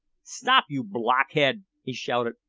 stop, you blockhead! he shouted.